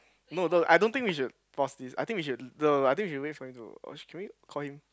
no no I don't think we should pause this I think we should no no I think we should wait for him to or should can we call him